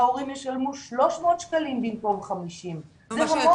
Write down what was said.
ההורים ישלמו 300 שקלים במקום 50. זה המון.